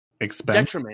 expense